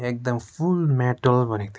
एकदम full metal भनेको थियो